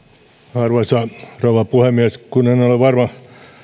arvoisa rouva puhemies kun en ole varma